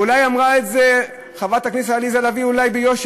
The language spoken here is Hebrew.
אולי אמרה את זה חברת הכנסת עליזה לביא ביושר,